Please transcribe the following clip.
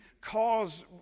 cause